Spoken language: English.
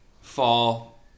fall